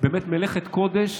באמת מלאכת קודש